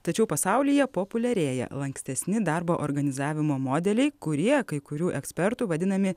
tačiau pasaulyje populiarėja lankstesni darbo organizavimo modeliai kurie kai kurių ekspertų vadinami